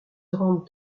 rendent